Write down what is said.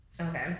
Okay